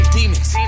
Demons